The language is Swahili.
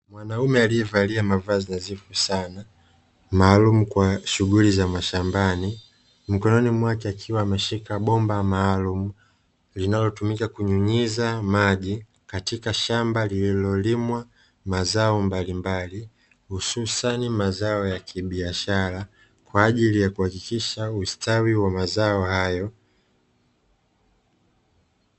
Mwanaume aliyevalia mavazi nadhifu sana maalumu kwa shughuli za mashambani, mikononi mwake akiwa ameshika bomba maalumu linalotumika kunyunyiza maji katika shamba lililolimwa mazao mbalimbali, hususani mazao ya kibiashara kwa ajili ya kuhakikisha ustawi wa mazao hayo.